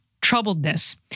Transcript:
troubledness